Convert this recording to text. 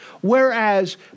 Whereas